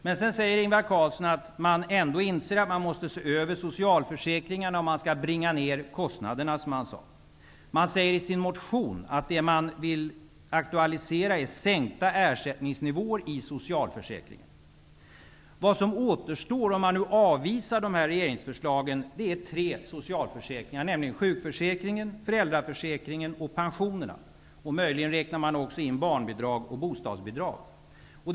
Men sedan säger han att man ändå inser att man måste se över socialförsäkringen och att man skall bringa ned kostnaderna. I den socialdemokratiska motionen sägs att man vill aktualisera sänkta ersättningsnivåer i socialförsäkringen. Vad som återstår -- om man nu avvisar de här regeringsförslagen -- är tre socialförsäkringar, nämligen sjukförsäkringen, föräldraförsäkringen och pensionerna. Möjligen räknas också barnbidrag och bostadsbidrag in.